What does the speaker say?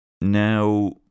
Now